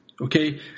Okay